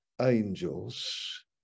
angels